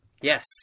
Yes